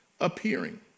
appearing